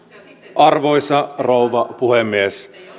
arvoisa rouva puhemies